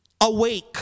awake